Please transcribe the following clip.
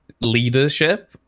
leadership